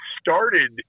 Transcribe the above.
started